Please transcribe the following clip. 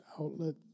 outlet